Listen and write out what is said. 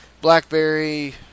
BlackBerry